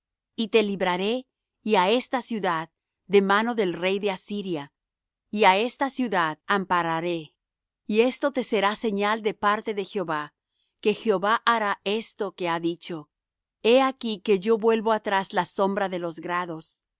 y te libraré y á esta ciudad de mano del rey de asiria y á esta ciudad ampararé y esto te será señal de parte de jehová que jehová hará esto que ha dicho he aquí que yo vuelvo atrás la sombra de los grados